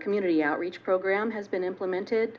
community outreach program has been implemented